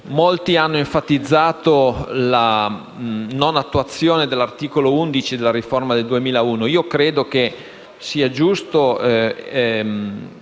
Molti hanno enfatizzato la non attuazione dell'articolo 11 della riforma del 2001. Credo sia giusto